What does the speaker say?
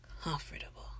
comfortable